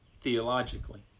theologically